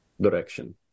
direction